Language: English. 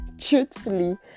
Truthfully